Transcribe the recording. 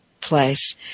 place